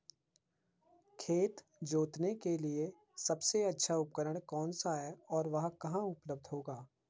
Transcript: खेत जोतने के लिए सबसे अच्छा उपकरण कौन सा है और वह कहाँ उपलब्ध होगा?